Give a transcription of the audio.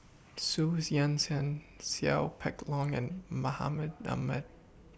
Xu Zhen Seow Peck Long and Mahmud Ahmad